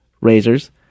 Razors